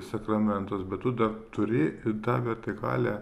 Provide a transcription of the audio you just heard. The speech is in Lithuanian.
sakramentus bet tu dar turi ir tą vertikalę